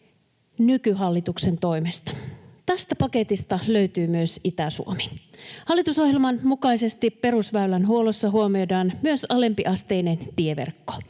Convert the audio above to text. nykyhallituksen toimesta. Tästä paketista löytyy myös Itä-Suomi. Hallitusohjelman mukaisesti perusväylänhuollossa huomioidaan myös alempiasteinen tieverkko,